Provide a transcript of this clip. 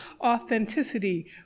authenticity